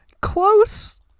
Close